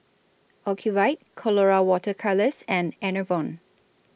Ocuvite Colora Water Colours and Enervon